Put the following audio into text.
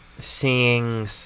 seeing